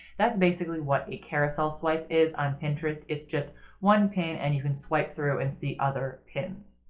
that's basically what a carousel swipe is on pinterest. it's just one pin and you can swipe through and see other pins.